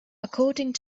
according